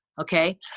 Okay